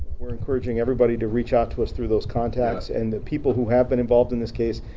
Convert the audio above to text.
we're encouraging everybody to reach out to us through those contacts, and the people who have been involved in this case,